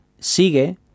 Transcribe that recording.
sigue